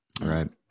Right